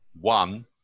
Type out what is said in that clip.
one